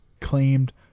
claimed